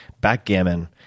backgammon